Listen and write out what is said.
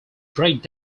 break